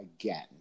again